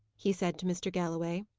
he said to mr. galloway,